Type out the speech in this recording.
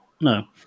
No